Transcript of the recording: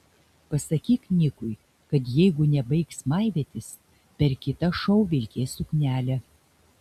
pasakyk nikui kad jeigu nebaigs maivytis per kitą šou vilkės suknelę